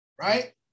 Right